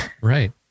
Right